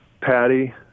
Patty